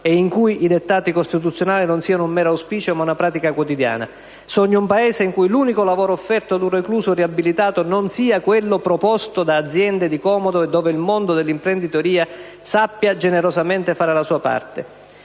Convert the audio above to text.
e in cui i dettati costituzionali non siano un mero auspicio, ma una pratica quotidiana. Sogno un Paese in cui l'unico lavoro offerto ad un recluso riabilitato non sia quello proposto da aziende di comodo e dove il mondo dell'imprenditoria sappia, generosamente, fare la sua parte.